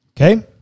Okay